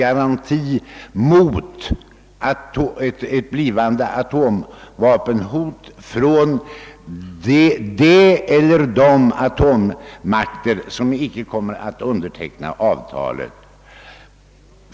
Kanske gäller detta i första hand Indien, eftersom detta land ligger omedelbart söder om Kina som nu är en atommakt.